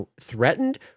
threatened